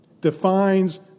defines